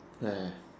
where